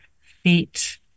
feet